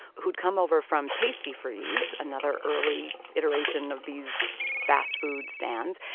who'd come over from tastee-freez, another early iteration of these fast food stands.